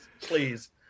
Please